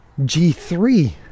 G3